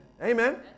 Amen